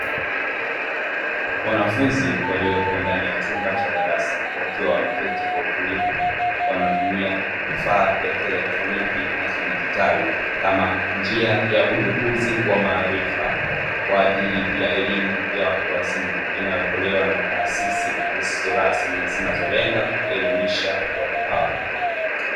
Wanafunzi waliopo ndani ya chumba cha darasa wakiwa wameketi kwa utulivu wanatumia vifaa vya kielektroniki na kidijitali, kama njia ya udukuzi wa maarifa kwa ajili ya elimu ya watu wazima inayotolewa na taasisi zisizo rasmi zinazolenga kuelimisha watu hao.